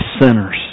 sinners